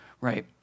right